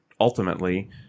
ultimately